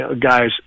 guys